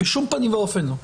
בשום פנים ואופן לא.